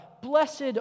blessed